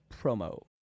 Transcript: promo